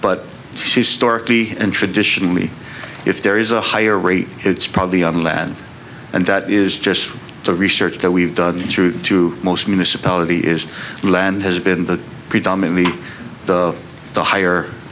but she's stark e and traditionally if there is a higher rate it's probably on land and that is just the research that we've done through to most municipality is land has been the predominantly the higher